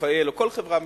רפא"ל או כל חברה ממשלתית,